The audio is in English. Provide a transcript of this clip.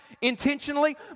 intentionally